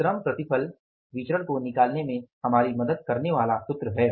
तो यह श्रम प्रतिफल विचरण को निकालने में हमारी मदद करने वाला सूत्र है